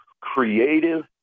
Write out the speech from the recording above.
creative